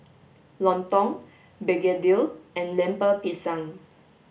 Lontong Begedil and Lemper Pisang